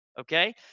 okay